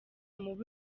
mubi